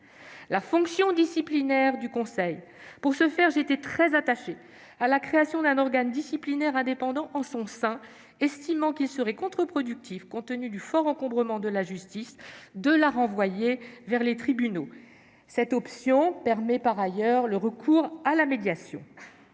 la fonction disciplinaire du Conseil. Pour ma part, j'étais très attachée à la création d'un organe disciplinaire indépendant au sein du Conseil, estimant qu'il serait contre-productif, compte tenu du fort encombrement de la justice, de renvoyer cette fonction vers les tribunaux. Cette option permet par ailleurs le recours à la médiation.